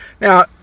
Now